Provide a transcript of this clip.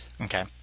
Okay